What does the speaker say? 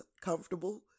comfortable